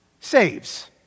saves